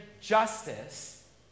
justice